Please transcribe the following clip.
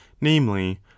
namely